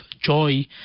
joy